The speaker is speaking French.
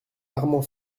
armand